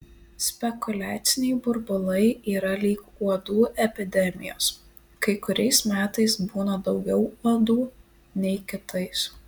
spekuliaciniai burbulai yra lyg uodų epidemijos kai kuriais metais būna daugiau uodų nei kitais